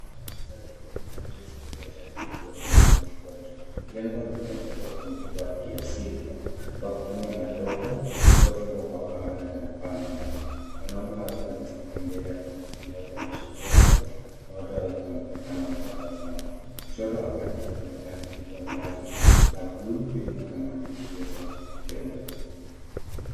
Kanisa lenye jina, GRACE PEFA CHURCH VICTORY limeandikwa juu. Jengo lililojengwa kwa mtindo wa kiasili kwa kutumia matope iliyofungwa kwa kamba, na lina paa la mbao. Wanaume wawili wamesimama mbele ya kanisa, mmoja ameshikilia fimbo na wote wawili wanaonekana wametabasamu. Kushoto wa kanisa kuna tangi kubwa la maji la buluu lililo na maandishi, "Yesu anakupenda".